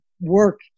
work